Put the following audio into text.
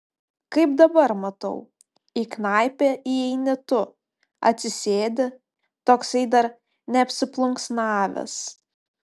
kaip dabar matau į knaipę įeini tu atsisėdi toksai dar neapsiplunksnavęs